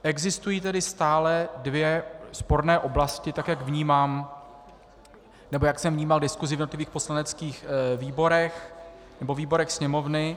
Existují tedy stále dvě sporné oblasti, tak jak vnímám, nebo jak jsem vnímal diskusi v jednotlivých poslaneckých výborech, nebo výborech Sněmovny